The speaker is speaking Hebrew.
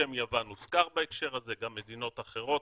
השם "יוון" הוזכר בהקשר הזה, גם מדינות אחרות.